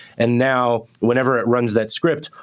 and now, whenever it runs that script,